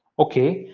okay,